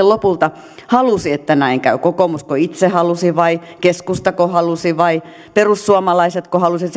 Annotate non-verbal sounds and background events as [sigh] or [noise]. [unintelligible] lopulta halusi että näin käy kokoomusko itse halusi vai keskustako halusi vai perussuomalaisetko halusivat [unintelligible]